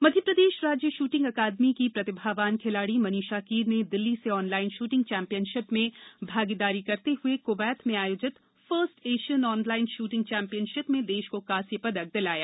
shooting पदक मध्यप्रदेश राज्य shooting academy की प्रतिभावान खिलाड़ी मनीषा कीर ने दिल्ली से ऑनलाइन शूटिंग चैंपियनशिप में भागीदारी करते हुए कुवैत में आयोजित first Asian online shooting championship में देश को कांस्य पदक दिलाया